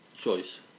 choice